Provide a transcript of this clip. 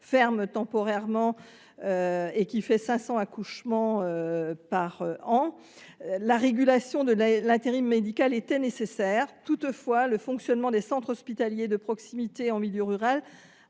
même qu’elle assure cinq cents accouchements par an ! La régulation de l’intérim médical était nécessaire. Toutefois, le fonctionnement des centres hospitaliers de proximité en milieu rural